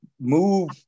move